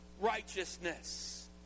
righteousness